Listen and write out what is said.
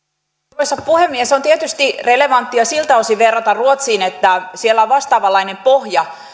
arvoisa puhemies on tietysti relevanttia siltä osin verrata ruotsiin että siellä on vastaavanlainen pohja